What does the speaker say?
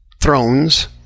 thrones